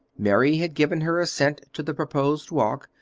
mary had given her assent to the proposed walk,